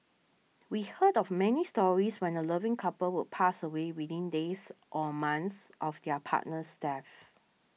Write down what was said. we heard of many stories when a loving couple would pass away within days or months of their partner's death